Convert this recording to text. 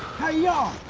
hey ya'll,